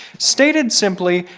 stated simply,